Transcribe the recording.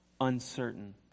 uncertain